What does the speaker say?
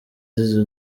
azize